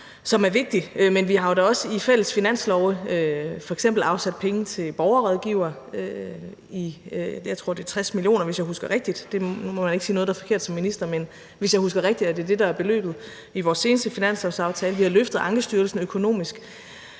som er vigtig. Men vi har da også i fælles finanslove f.eks. afsat penge til borgerrådgivere i størrelsesordenen, jeg tror, det er 60 mio. kr., hvis jeg husker rigtigt. Nu må man ikke sige noget, der er forkert, som minister, men hvis jeg husker rigtigt, er det det, der er beløbet i vores seneste finanslovsaftale. Vi har løftet Ankestyrelsen økonomisk